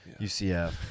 UCF